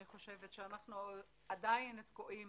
אני חושבת שאנחנו עדין תקועים